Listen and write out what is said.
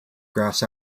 grass